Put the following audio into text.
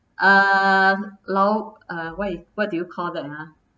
uh 老 uh what you what do you call that ah